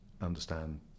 understand